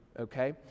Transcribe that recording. okay